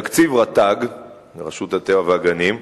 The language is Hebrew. תקציב רט"ג, רשות הטבע והגנים,